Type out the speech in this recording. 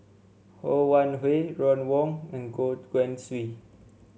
Ho Wan Hui Ron Wong and Goh Guan Siew